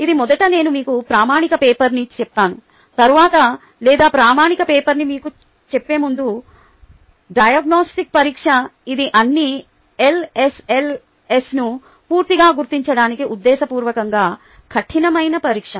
ఇది మొదట నేను మీకు ప్రామాణిక పేపర్ని చెప్తాను తరువాత లేదా ప్రామాణిక పేపర్ని మీకు చెప్పే ముందు డయాగ్నొస్టిక్ పరీక్ష ఇది అన్ని ఎల్ఎస్లను పూర్తిగా గుర్తించడానికి ఉద్దేశపూర్వకంగా కఠినమైన పరీక్ష